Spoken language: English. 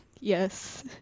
yes